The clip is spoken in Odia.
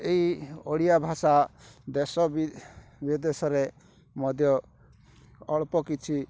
ଏଇ ଓଡ଼ିଆ ଭାଷା ଦେଶ ବିଦେଶରେ ମଧ୍ୟ ଅଳ୍ପ କିଛି